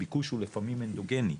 ביקוש הוא לפעמים אנדוגני,